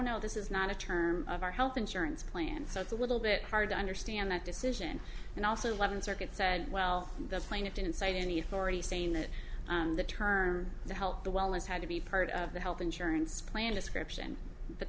no this is not a term of our health insurance plan so it's a little bit hard to understand that decision and also eleventh circuit said well the plaintiff didn't cite any authority saying that the term to help the well as had to be part of the health insurance plan description but